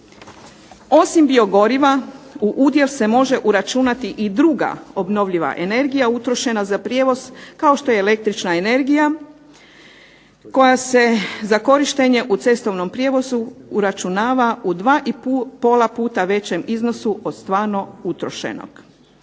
Osim biogoriva u udjel se može uračunati i druga obnovljiva energija utrošena za prijevoz kao što je električna energija koja se za korištenje u cestovnom prijevozu uračunava 2,5 puta u većem iznosu od stvarno utrošenog.